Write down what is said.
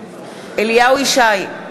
אליהו ישי,